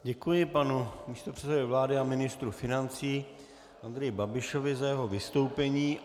Děkuji panu místopředsedovi vlády a ministru financí Andreji Babišovi za jeho vystoupení.